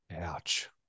Ouch